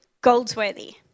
Goldsworthy